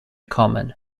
common